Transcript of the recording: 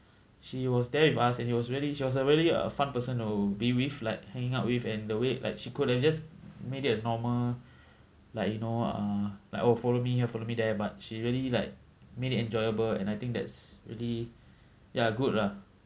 she was there with us and he was really she was really a fun person to be with like hanging out with and the way like she could have just made it a normal like you know ah like oh follow me here follow me there but she really like made it enjoyable and I think that's really ya good lah